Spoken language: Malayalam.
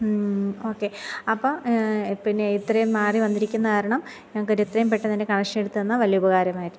ഓക്കെ അപ്പോൾ പിന്നെ ഇത്രയും മാറിവന്നിരിക്കുന്ന കാരണം ഞങ്ങൾക്ക് ഒരു എത്രയും പെട്ടെന്നു തന്നെ കണക്ഷൻ എടുത്തു തന്നാൽ വലിയ ഉപകാരമായിരുന്നു